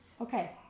Okay